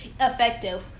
effective